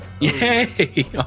Yay